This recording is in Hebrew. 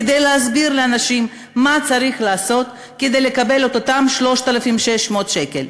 כדי להסביר לאנשים מה צריך לעשות כדי לקבל את אותם 3,600 שקל.